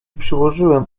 przyłożyłem